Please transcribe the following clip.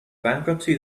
bankruptcy